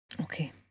Okay